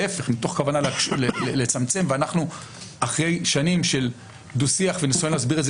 מתוך כוונה לצמצם ואנחנו אחרי שנים של דו-שיח וניסיון להסביר את זה